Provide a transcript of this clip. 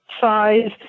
size